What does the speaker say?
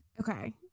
Okay